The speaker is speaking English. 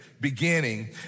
beginning